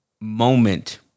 moment